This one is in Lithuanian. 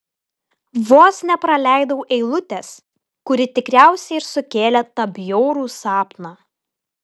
vos nepraleidau eilutės kuri tikriausiai ir sukėlė tą bjaurų sapną